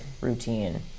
routine